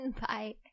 Bye